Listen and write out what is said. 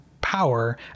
power